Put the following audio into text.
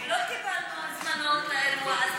לא קיבלנו הזמנות לאירוע.